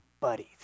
buddies